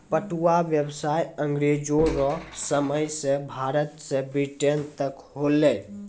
पटुआ व्यसाय अँग्रेजो रो समय से भारत से ब्रिटेन तक होलै